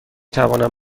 توانم